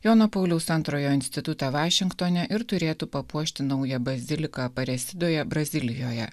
jono pauliaus antrojo institutą vašingtone ir turėtų papuošti naują baziliką aparesidoje brazilijoje